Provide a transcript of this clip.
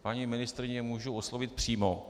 Paní ministryni mohu oslovit přímo.